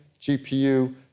GPU